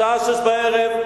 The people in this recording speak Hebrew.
בשעה 18:00,